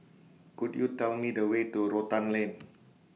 Could YOU Tell Me The Way to Rotan Lane